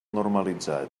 normalitzat